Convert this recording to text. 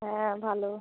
হ্যাঁ ভালো